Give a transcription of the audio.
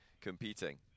competing